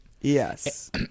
Yes